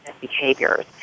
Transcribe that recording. behaviors